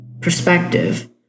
perspective